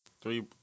three